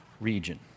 region